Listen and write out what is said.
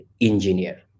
engineer